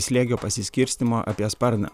slėgio pasiskirstymo apie sparną